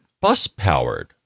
bus-powered